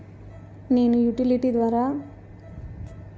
నేను utility bill ద్వారా ఇంటికి కావాల్సిన సరుకులు తీసుకోవచ్చా?